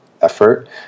effort